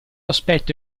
aspetto